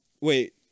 Wait